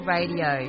Radio